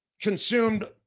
consumed